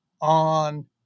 on